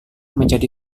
menjadi